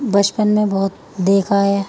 بچپن میں بہت دیکھا ہے